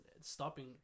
stopping